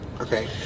Okay